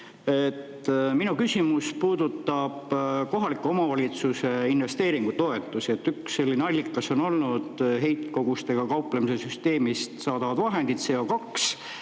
Minu küsimus puudutab kohaliku omavalitsuse investeeringutoetusi. Ühed allikad on olnud CO2heitkogustega kauplemise süsteemist saadavad vahendid ja